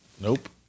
Nope